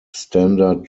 standard